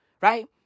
Right